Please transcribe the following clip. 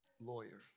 lawyer